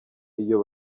iyo